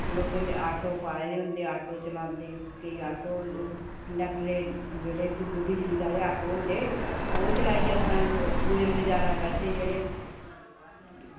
लोकें ऑटो पाए दे होंदे लोग ऑटो चलांदे केईं इलैक्ट्रिक जेह्ड़े बिजली आह्ले ऑटो होंदे ओह् चलाइयै अपना गुजर गुजारा करदे अपना